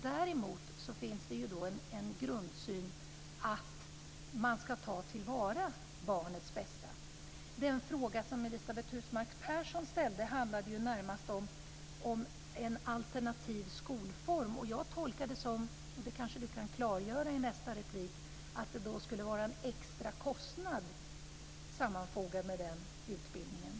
Däremot finns det en grundsyn att man ska ta till vara barnets bästa. Den fråga som Elisabet Husmark Pehrsson ställde handlade ju närmast om en alternativ skolform. Jag tolkar det så att det skulle vara en extra kostnad sammanfogad med den utbildningen, och det kanske hon kan klargöra i nästa replik.